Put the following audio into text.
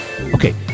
Okay